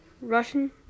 Russian